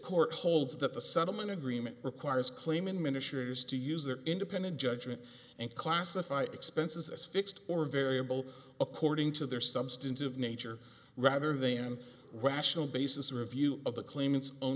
court holds that the settlement agreement requires claiming ministers to use their independent judgment and classify expenses as fixed or variable according to their substantive nature rather than rational basis review of the claimants own